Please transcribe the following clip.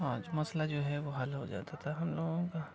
آج مسئلہ جو ہے وہ حل ہو جاتا تھا ہم لوگوں کا